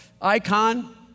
icon